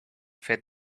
fed